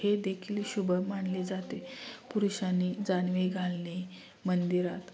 हे देखील शुभ मानले जाते पुरुषांनी जानवे घालणे मंदिरात